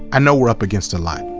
i know we're up against a lot,